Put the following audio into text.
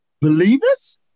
Believers